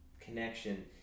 connection